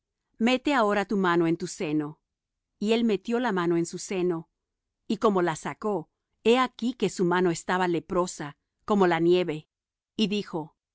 mete ahora tu mano en tu seno y él metió la mano en su seno y como la sacó he aquí que su mano estaba leprosa como la nieve y dijo